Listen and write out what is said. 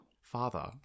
Father